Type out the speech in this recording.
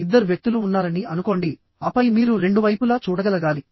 ఇద్దరు వ్యక్తులు ఉన్నారని అనుకోండి ఆపై మీరు రెండు వైపులా చూడగలగాలి